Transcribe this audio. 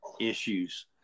issues